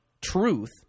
truth